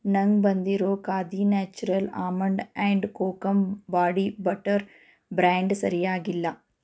ನನಗೆ ಬಂದಿರೋ Khadi natural almond and kokum body butter brand ಸರಿಯಾಗಿಲ್ಲ